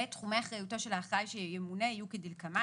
תחומי אחריותו של האחראי שימונה יהיו כדלקמן